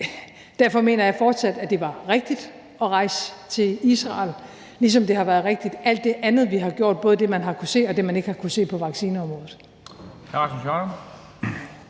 Derfor mener jeg fortsat, at det var rigtigt at rejse til Israel, ligesom det har været rigtigt med alt det andet, vi har gjort, både det, man har kunnet se, og det, man ikke har kunnet se, på vaccineområdet.